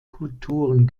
kulturen